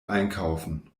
einkaufen